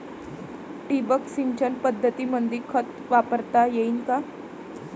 ठिबक सिंचन पद्धतीमंदी खत वापरता येईन का?